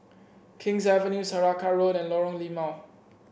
King's Avenue Saraca Road and Lorong Limau